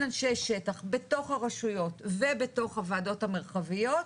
אנשי שטח בתוך הרשויות ובתוך הוועדות המרחביות,